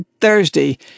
Thursday